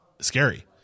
scary